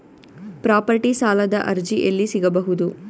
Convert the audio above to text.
Property ಸಾಲದ ಅರ್ಜಿ ಎಲ್ಲಿ ಸಿಗಬಹುದು?